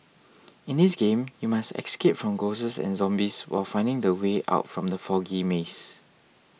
in this game you must escape from ghosts and zombies while finding the way out from the foggy maze